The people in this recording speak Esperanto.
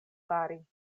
fari